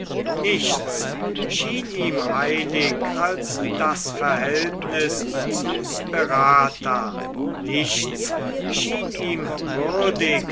nichts schien ihm heilig als das verhältnis zu sperata nichts schien ihm würdig